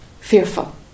fearful